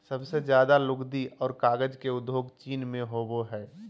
सबसे ज्यादे लुगदी आर कागज के उद्योग चीन मे होवो हय